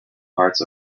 parts